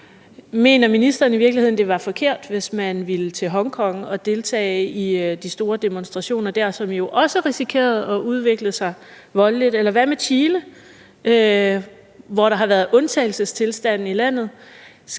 i virkeligheden, at det ville være forkert, hvis man ville til Hongkong og deltage i store demonstrationer der, som jo også risikerede at udvikle sig voldeligt? Eller hvad med Chile, hvor der har været undtagelsestilstand i landet?